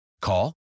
Call